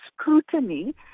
scrutiny